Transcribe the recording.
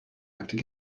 after